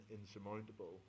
insurmountable